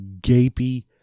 gapy